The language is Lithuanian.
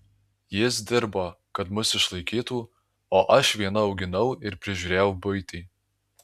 jis dirbo kad mus išlaikytų o aš viena auginau ir prižiūrėjau buitį